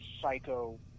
psycho